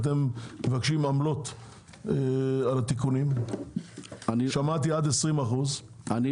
שמעתי שאתם מבקשים עמלות של עד 20% על התיקונים.